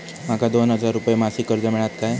माका दोन हजार रुपये मासिक कर्ज मिळात काय?